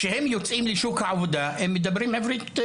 כשהם יוצאים לשוק העבודה הם מדברים עברית טובה.